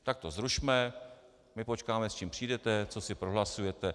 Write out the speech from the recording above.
Tak to zrušme, my počkáme, s čím přijdete, co si prohlasujete.